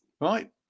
right